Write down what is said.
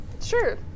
Sure